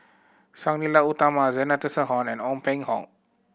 Sang Nila Utama Zena Tessensohn and Ong Peng Hock